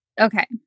Okay